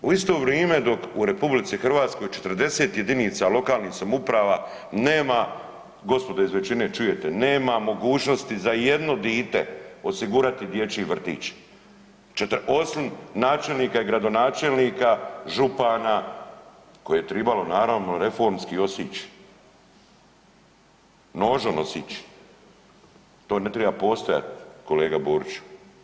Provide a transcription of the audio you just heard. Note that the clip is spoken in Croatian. U isto vrime dok u RH 40 jedinica lokalnih samouprava nema, gospodo iz većine čujete nema mogućnosti za jedno dite osigurati dječji vrtić, osim načelnika i gradonačelnika, župana koje je tribalo naravno reformski osić, nožom osić, to ne treba postojati kolega Boriću.